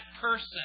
person